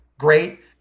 great